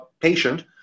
patient